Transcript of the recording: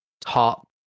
top